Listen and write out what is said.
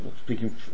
speaking